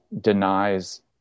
denies